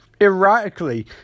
erratically